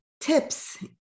tips